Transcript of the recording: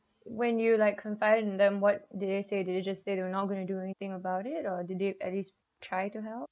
when you like confided in them what did they say did they just say we're not going to do anything about it or did they at least try to help